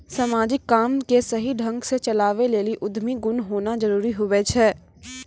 समाजिक काम के सही ढंग से चलावै लेली उद्यमी गुण होना जरूरी हुवै छै